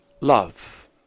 love